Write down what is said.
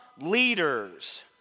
leaders